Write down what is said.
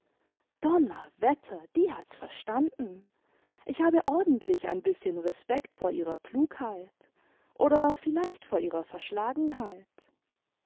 donnerwetter die hat s verstanden ich habe ordentlich ein bißchen respekt vor ihrer klugheit oder vielleicht vor ihrer verschlagenheit